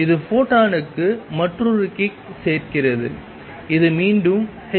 இது ஃபோட்டானுக்கு மற்றொரு கிக் சேர்க்கிறது இது மீண்டும் hνc